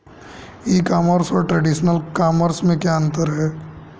ई commerce और traditional commerce में क्या अंतर है?